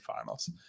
finals